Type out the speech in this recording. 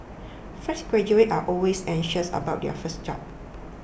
fresh graduates are always anxious about their first job